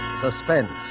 suspense